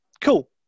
Cool